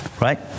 Right